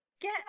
get